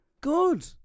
Good